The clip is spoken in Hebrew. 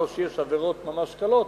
לא שיש עבירות ממש קלות,